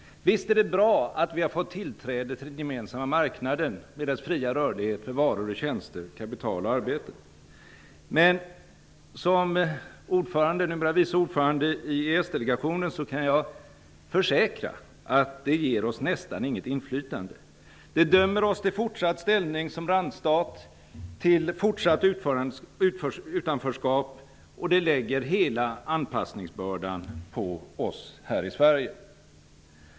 Visst är det bra att vi har fått tillträde till den gemensamma marknaden med dess fria rörlighet för varor, tjänster, kapital och arbete. Men som f.d. ordförande och numera vice ordförande i EES-delegationen kan jag försäkra att det nästan inte ger oss något inflytande. Det dömer oss till fortsatt ställning som randstat, till fortsatt utanförskap, och det lägger hela anpassningsbördan på oss här i Sverige.